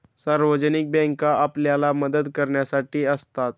सार्वजनिक बँका आपल्याला मदत करण्यासाठी असतात